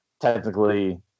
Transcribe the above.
technically